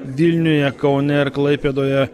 vilniuje kaune ir klaipėdoje